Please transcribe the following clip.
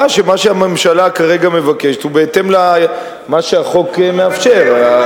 שמה שהממשלה כרגע מבקשת הוא בהתאם למה שהחוק מאפשר.